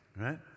right